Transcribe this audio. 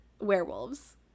werewolves